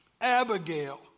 Abigail